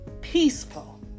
peaceful